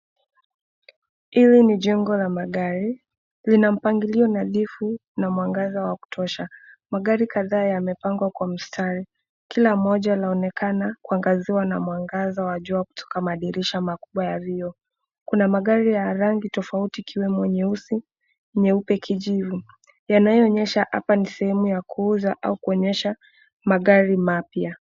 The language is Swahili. Hili ni jengo la magari lina mpangilio nadhifu na mwangaza wa kutosha, magari kadhaa yamepangwa mwa mstari. Kila mmoja waonelana kuangaziwa na mwangaza wa jua kutoka madirisha makubwa ya vioo, kuna magari ya rangi tofauti ikiwemo nyeusi, nyeupe kijivu, yanayo onyesha hapa ni sehemu ya kuuza au kuonyesha magari mapya.